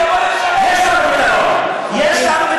שיבוא לשרת בצבא, שישרת.